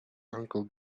uncle